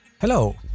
Hello